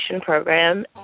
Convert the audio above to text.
program